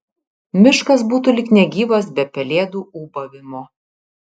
miškas būtų lyg negyvas be pelėdų ūbavimo